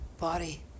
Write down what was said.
body